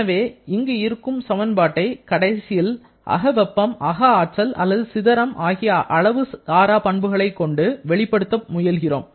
எனவே இங்கு இருக்கும் சமன்பாட்டை கடைசியில் அக வெப்பம் அக ஆற்றல் அல்லது சிதறம் ஆகிய அளவு சாரா பண்புகளைக் கொண்டு வெளிப்படுத்த முயல்கிறோம்